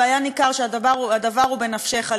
והיה ניכר שהדבר הוא בנפשך,